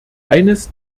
eines